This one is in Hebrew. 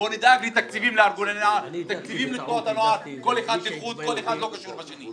בואו נדאג לתקציב לתנועות הנוער כל אחד לחוד ולא קשור לשני.